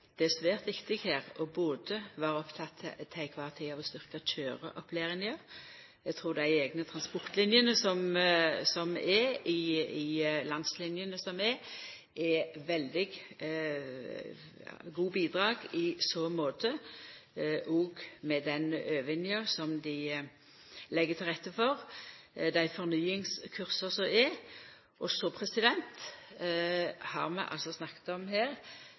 det er svært viktig til kvar tid å vere oppteken av å styrkja køyreopplæringa. Eg trur dei eigne transportlinene som er, og landslinene som er, er veldig gode bidrag i så måte, med den øvinga som dei legg til rette for, og dei fornyingskursa som er. Så har vi snakka om forholdet mellom sjåførar frå andre land og